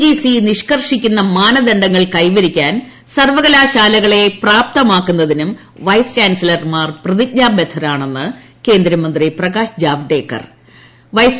ജീസ്റ്റ് നിഷ്കർഷിക്കുന്ന മാനദണ്ഡങ്ങൾ കൈവരിക്കാൻ സർവകല്പ്രിൽലകളെ പ്രാപ്തമാക്കുന്നതിനും വൈസ് ചാൻസിലർമാർ പ്രതീജ്ഞാ്ബദ്ധരാണെന്ന് കേന്ദ്രമന്ത്രി പ്രകാശ് ജാവ്ദേക്കർ പറഞ്ഞു